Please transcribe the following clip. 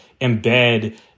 embed